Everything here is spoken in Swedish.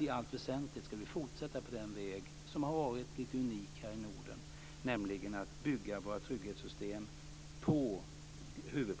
I allt väsentligt ska vi fortsätta på den väg som har varit lite unik här i Norden, nämligen att bygga våra trygghetssystem på